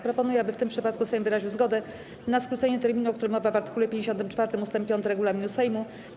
Proponuję, aby w tym przypadku Sejm wyraził zgodę na skrócenie terminu, o którym mowa w art. 54 ust. 5 regulaminu Sejmu.